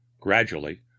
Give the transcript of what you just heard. Gradually